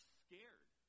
scared